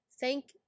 Thank